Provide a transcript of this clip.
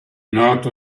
nota